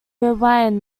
rewind